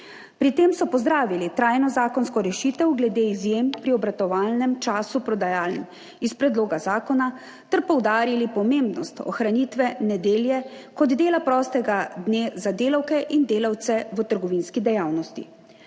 Pri tem so pozdravili trajno zakonsko rešitev glede izjem pri obratovalnem času prodajaln iz predloga zakona ter poudarili pomembnost ohranitve nedelje kot dela prostega dne za delavke in delavce v trgovinski dejavnosti.